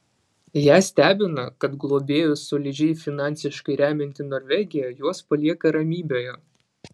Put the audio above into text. ją stebina kad globėjus solidžiai finansiškai remianti norvegija juos palieka ramybėje